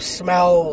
smell